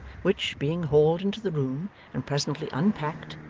which, being hauled into the room and presently unpacked,